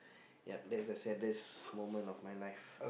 yep that's the saddest moment of my life